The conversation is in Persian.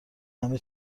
همه